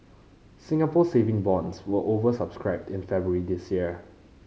Singapore Saving Bonds were over subscribed in February this year